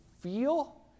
feel